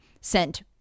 sent